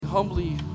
humbly